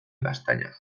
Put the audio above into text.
gaztañaga